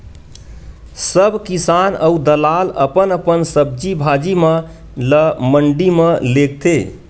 सब किसान अऊ दलाल अपन अपन सब्जी भाजी म ल मंडी म लेगथे